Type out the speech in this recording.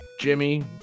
Jimmy